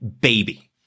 baby